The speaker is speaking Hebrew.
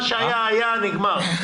מה שהיה היה, נגמר.